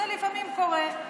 לפעמים זה קורה.